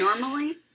normally